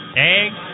eggs